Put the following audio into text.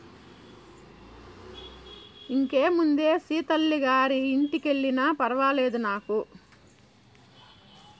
ఇంకేముందే సీతల్లి గారి ఇంటికెల్లినా ఫర్వాలేదు నాకు